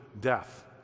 death